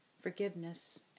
forgiveness